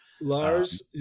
Lars